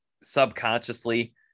subconsciously